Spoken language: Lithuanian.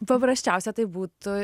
paprasčiausia tai būtų